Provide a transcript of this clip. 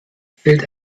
fällt